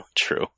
true